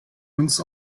uns